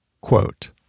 Quote